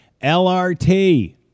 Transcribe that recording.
lrt